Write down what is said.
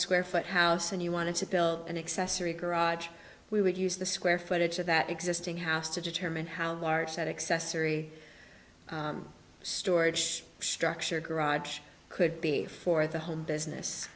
square foot house and you wanted to build an accessory garage we would use the square footage of that existing house to determine how large that accessory storage structure garage could be for the home business